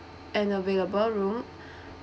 an available room